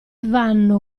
vanno